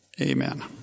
Amen